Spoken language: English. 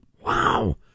Wow